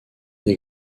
des